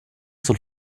sul